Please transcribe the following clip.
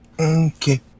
Okay